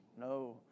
no